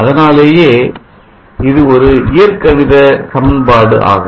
அதனாலேயே இதுஒரு இயற்கணித சமன்பாடு ஆகும்